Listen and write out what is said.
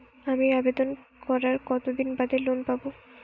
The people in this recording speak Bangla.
আমি আবেদন করার কতদিন বাদে লোন পাব?